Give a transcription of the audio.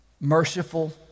Merciful